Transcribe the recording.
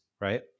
right